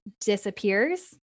disappears